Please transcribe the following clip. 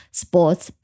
sports